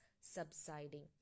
subsiding